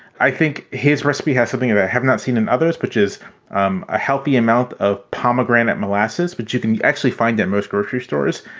i think his recipe has something that i have not seen in others, which is um a healthy amount of pomegranate molasses. but you can actually find that most grocery stores.